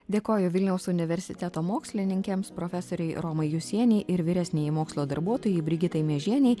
dėkoju vilniaus universiteto mokslininkėms profesorei romai jusienei ir vyresniajai mokslo darbuotojai brigitai miežienei